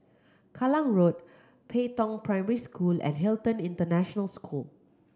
Kallang Road Pei Tong Primary School and Hilton International School